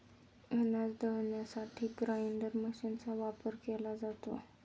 अनाज दळण्यासाठी ग्राइंडर मशीनचा वापर केला जातो